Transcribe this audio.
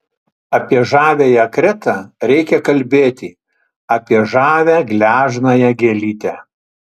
apie žaviąją kretą reikia kalbėti apie žavią gležnąją gėlytę